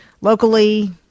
locally